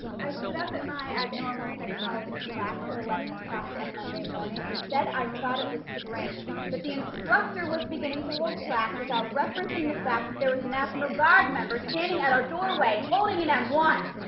i stood up at my abnormal psychology class at eleven o'clock on monday morning, and said i thought it was strange that the instructor was beginning to hold class without referencing the fact there was a national guard member standing at our doorway, holding an m one.